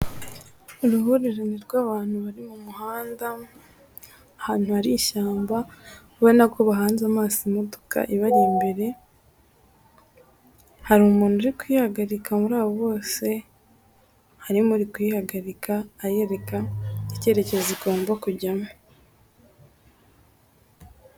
Uruhurirane rw'abantu bari mu muhanda, ahantu hari ishyamba ubona ko bahanze amaso imodoka ibari imbere, hari umuntu uri kuyihagarika muri abo bose, harimo uri kuyihagarika ayereka icyerekezo igomba kujyamo.